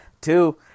Two